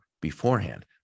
beforehand